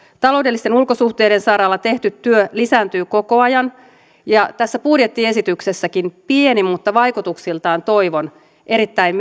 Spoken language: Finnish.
taloudellisten ulkosuhteiden saralla tehty työ lisääntyy koko ajan tässä budjettiesityksessäkin pieni mutta vaikutuksiltaan toivon erittäin